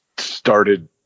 started